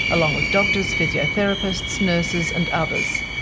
along with doctors, physiotherapists, nurses and others.